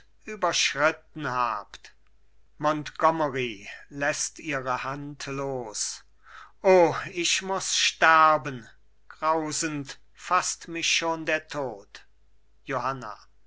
überschritten habt montgomery läßt ihre hand los o ich muß sterben grausend faßt mich schon der tod johanna